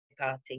party